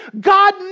God